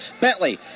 Bentley